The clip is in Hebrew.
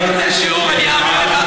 אם תרצה שיעור,